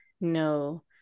no